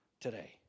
today